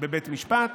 בבית משפט.